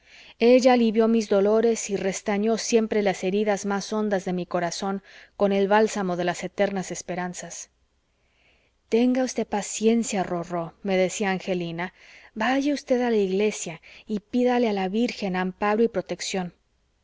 ella alivió mis dolores y restañó siempre las heridas más hondas de mi corazón con el bálsamo de las eternas esperanzas tenga usted paciencia rorró me decía angelina vaya usted a la iglesia y pídale a la virgen amparo y protección